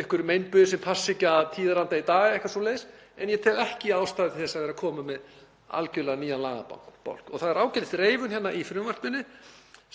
einhverjir meinbugir sem passa ekki að tíðaranda í dag, eitthvað svoleiðis. En ég tel ekki ástæðu til þess að vera að koma með algerlega nýjan lagabálk. Það er ágætisreifun hér í frumvarpinu